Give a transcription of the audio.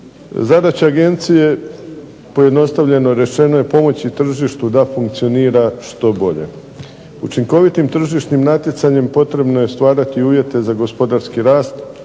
Zadaća Agencije pojednostavljeno rečeno je pomoći tržištu da funkcionira što bolje. Učinkovitim tržišnim natjecanjem potrebno je stvarati uvjete za gospodarski rast